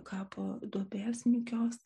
kapo duobės nykios